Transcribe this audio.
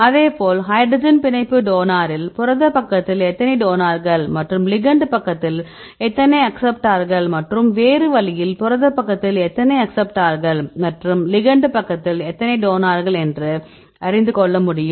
அதேபோல் ஹைட்ரஜன் பிணைப்பு டோனாரில் புரதப் பக்கத்தில் எத்தனை டோனார்கள் மற்றும் லிகண்ட் பக்கத்தில் எத்தனை அக்சப்ட்டார்கள் மற்றும் வேறு வழியில் புரதப் பக்கத்தில் எத்தனை அக்சப்ட்டார்கள் மற்றும் லிகெண்ட் பக்கத்தில் எத்தனை டோனார்கள் என்று அறிந்துகொள்ள முடியும்